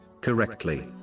correctly